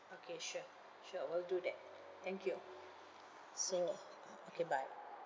okay sure sure will do that thank you so uh okay bye